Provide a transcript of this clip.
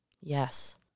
yes